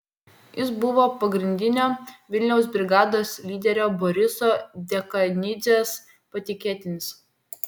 jis buvo pagrindinio vilniaus brigados lyderio boriso dekanidzės patikėtinis